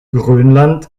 grönland